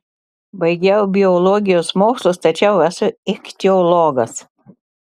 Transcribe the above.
baigiau biologijos mokslus tačiau esu ichtiologas